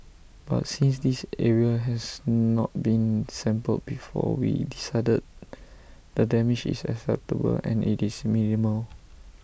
but since this area has not been sampled before we decided the damage is acceptable and IT is minimal